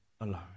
alone